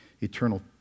eternal